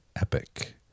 epic